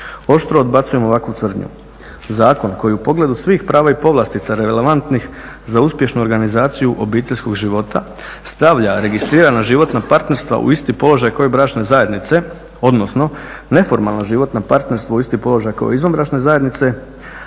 Oštro odbacujemo ovakvu tvrdnju. Zakon koji u pogledu svih prava i povlastica relevantnih za uspješnu organizaciju obiteljskog života stavlja registrirana životna partnerstva u isti položaj kao i bračne zajednice, odnosno neformalna životna partnerstva u isti položaj kao izvanbračne zajednice